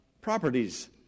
properties